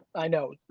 i know.